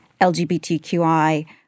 LGBTQI